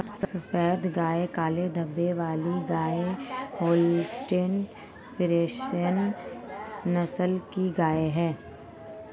सफेद दाग काले धब्बे वाली गाय होल्सटीन फ्रिसियन नस्ल की गाय हैं